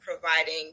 providing